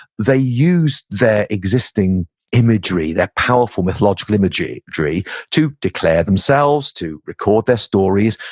they used their existing imagery, that powerful mythological imagery imagery to declare themselves, to record their stories,